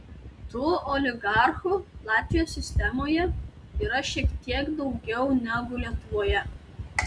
tų oligarchų latvijos sistemoje yra šiek tiek daugiau negu lietuvoje